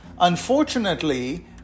unfortunately